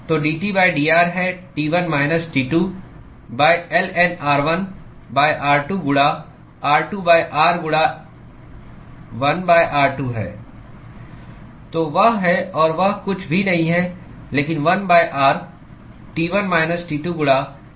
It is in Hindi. तो dT dr है T1 minus T2 ln r1 r2 गुणा r2 r गुणा 1 r2 है तो वह है और वह कुछ भी नहीं है लेकिन 1 r T1 माइनस T2 गुणा ln r1 r2 है